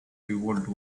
revolt